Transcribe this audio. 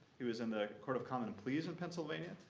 he was in the court of common and pleas in pennsylvania.